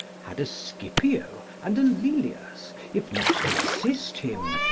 had a scipio and a lelius, if not to assist him,